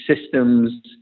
systems